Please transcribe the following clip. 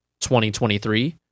2023